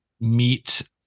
meet